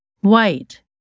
White